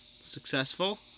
Successful